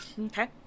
Okay